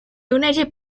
united